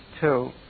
two